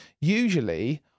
usually